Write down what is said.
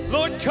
Lord